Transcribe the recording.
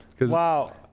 wow